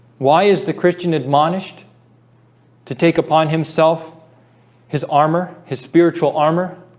why is the christian admonished to take upon himself his armor his spiritual armor